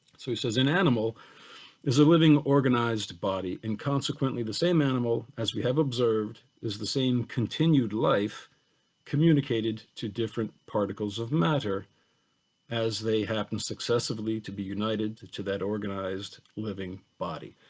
so he says an animal is a living organized body and consequently the same animal, as we have observed, is the same continued life communicated to different particles of matter as they happen successively to be united to to that organized living body.